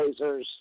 lasers